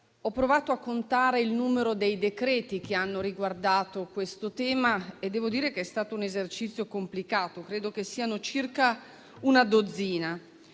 Ho provato a contare il numero dei decreti-legge che hanno riguardato questo tema e devo dire che è stato un esercizio complicato: credo che siano circa una dozzina